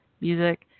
music